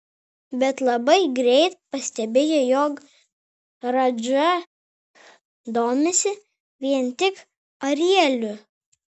bet labai greit pastebėjo jog radža domisi vien tik arieliu